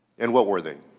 and what were they?